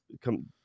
come